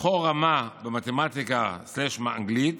לבחור רמה במתמטיקה או אנגלית